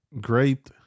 great